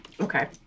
Okay